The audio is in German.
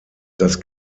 das